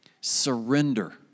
Surrender